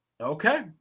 Okay